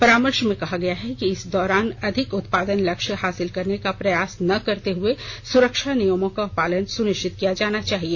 परामर्श में कहा गया है कि इस दौरान अधिक उत्पादन लक्ष्य हासिल करने का प्रयास न करते हुए सुरक्षा नियमों का पालन सुनिश्चित किया जाना चाहिए